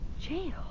Jail